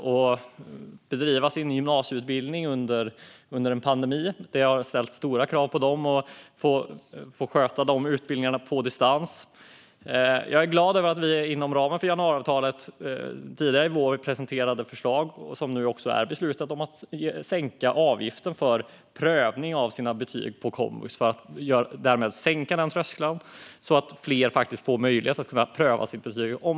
Att läsa på gymnasiet under en pandemi har ställt stora krav på dem att sköta utbildningen på distans. Jag är glad över att vi tidigare i vår presenterade förslag inom ramen för januariavtalet, som nu också är beslutade, om att sänka avgiften för att få sina betyg prövade på komvux och därmed sänka den tröskeln så att fler får möjlighet att få sina betyg prövade om de så vill.